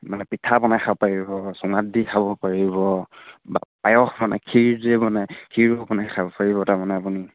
মানে পিঠা বনাই খাব পাৰিব চুঙাত দি খাব পাৰিব বা পায়স মানে ক্ষীৰ যে বনাই ক্ষীৰো বনাই খাব পাৰিব তাৰমানে আপুনি